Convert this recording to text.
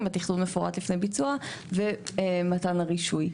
תכנון מפורט לפני ביצוע ומתן הרישוי.